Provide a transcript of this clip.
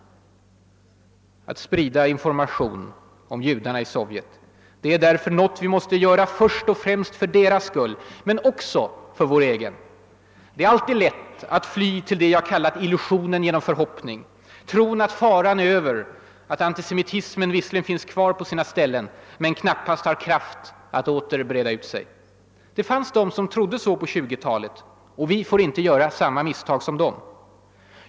Att sprida information om judarna i Sovjet är därför, jag upprepar det, något vi måste göra först och främst för deras skull -— men också för vår egen. Det är alltid lätt att fly till det jag kallat »illusionen genom förhoppning», tron att faran är över, att antisemitismen visserligen finns kvar på sina ställen men knappast har kraft att åter breda ut sig. Det fanns de som trodde så på 1920-talet, och vi får inte göra samma misstag.